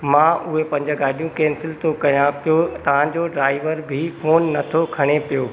मां उहे पंज गाॾियूं केंसिल थो कयां पियो तव्हांजो ड्राइवर बि फोन नथो खणे पियो